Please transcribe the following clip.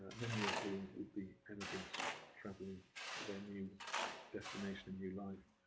many of whom would be emigrants travelling to their new destination, new life.